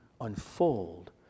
unfold